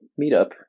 meetup